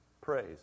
praise